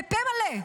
בפה מלא,